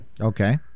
Okay